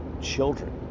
Children